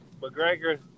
McGregor